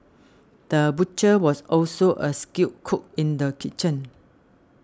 the butcher was also a skilled cook in the kitchen